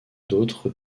d’autre